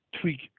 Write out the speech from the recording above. tweak